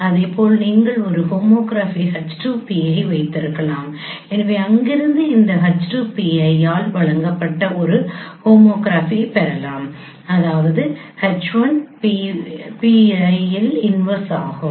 இதேபோல் நீங்கள் ஒரு ஹோமோகிராபி H 2 pi ஐ வைத்திருக்கலாம் எனவே அங்கிருந்து இந்த H 2 pi ஆல் வழங்கப்பட்ட ஒரு ஹோமோகிராஃபி பெறலாம் அதாவது H 1 pi இன்வெர்ஸ் ஆகும்